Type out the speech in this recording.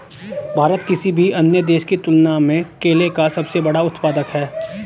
भारत किसी भी अन्य देश की तुलना में केले का सबसे बड़ा उत्पादक है